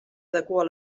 adequa